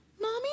Mommy